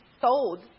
sold